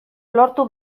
lortu